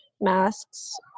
masks